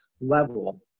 level